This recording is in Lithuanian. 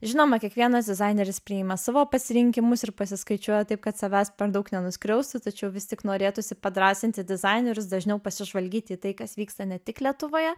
žinoma kiekvienas dizaineris priima savo pasirinkimus ir pasiskaičiuoja taip kad savęs per daug nenuskriaustų tačiau vis tik norėtųsi padrąsinti dizainerius dažniau pasižvalgyti į tai kas vyksta ne tik lietuvoje